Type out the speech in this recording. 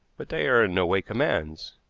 but they are in no way commands.